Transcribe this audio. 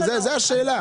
זו השאלה.